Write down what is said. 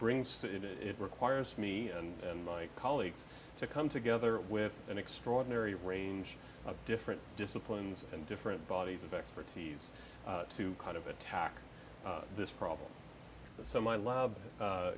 it it requires me and my colleagues to come together with an extraordinary range of different disciplines and different bodies of expertise to kind of attack this problem so my lab